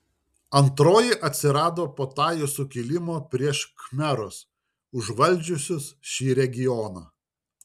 antroji atsirado po tajų sukilimo prieš khmerus užvaldžiusius šį regioną